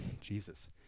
Jesus